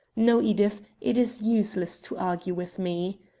no, edith it is useless to argue with me,